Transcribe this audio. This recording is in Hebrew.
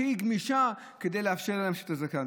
הכי גמישה כדי לאפשר להם את הזקן.